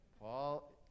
Paul